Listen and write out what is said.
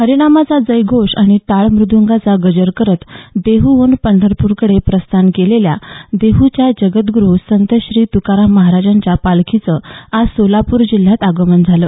हरिनामाचा जयघोष आणि टाळ म्रदंगाचा गजर करत देहहून पंढरपूरकडे प्रस्थान केलेल्या देहूच्या जगदुरु संत श्री तुकाराम महाराजांच्या पालखीचं आज सोलापूर जिल्ह्यात आगमन झालं